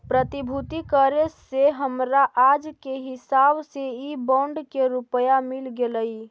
प्रतिभूति करे से हमरा आज के हिसाब से इ बॉन्ड के रुपया मिल गेलइ